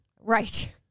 right